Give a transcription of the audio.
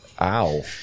Ow